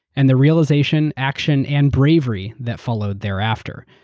and the realization, action, and bravery that followed thereafter.